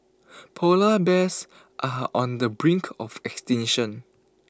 Polar Bears are on the brink of extinction